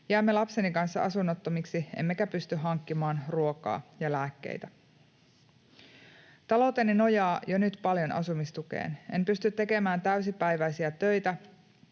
Jäämme lapseni kanssa asunnottomiksi, emmekä pysty hankkimaan ruokaa ja lääkkeitä.” ”Talouteni nojaa jo nyt paljon asumistukeen. En pysty tekemään täysipäiväisiä töitä,